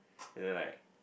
and then like